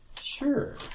Sure